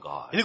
God